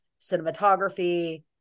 cinematography